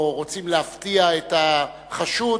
או רוצים להפתיע את החשוד,